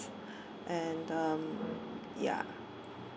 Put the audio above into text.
and um ya